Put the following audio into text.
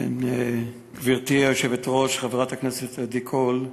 גברתי היושבת-ראש, חברת הכנסת עדי קול,